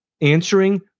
answering